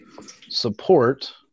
support